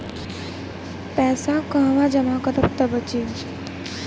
पैसा कहवा जमा करब त बची?